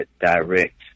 direct